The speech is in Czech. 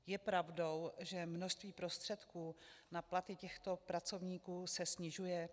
Je pravdou, že množství prostředků na platy těchto pracovníků se snižuje?